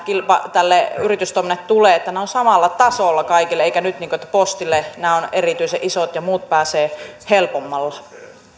tälle yritystoiminnalle tulee ovat samalla tasolla kaikille eivätkä niin kuin nyt että postille nämä ovat erityisen isot ja muut pääsevät helpommalla